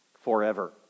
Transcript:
forever